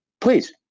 please